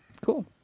Cool